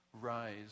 rise